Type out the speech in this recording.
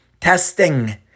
Testing